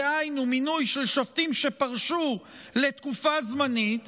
דהיינו מינוי של שופטים שפרשו לתקופה זמנית